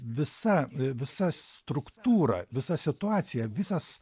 visa visa struktūra visa situacija visas